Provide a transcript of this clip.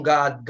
God